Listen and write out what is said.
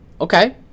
Okay